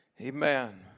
Amen